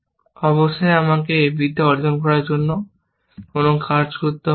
অবশ্যই আমাকে ab এ অর্জন করার জন্য কোন কাজ করতে হবে না